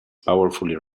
powerfully